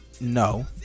no